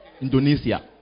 Indonesia